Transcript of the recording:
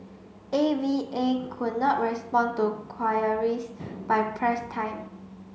A V A could not respond to queries by press time